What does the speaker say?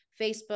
Facebook